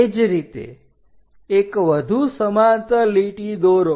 તે જ રીતે એક વધુ સમાંતર લીટી દોરો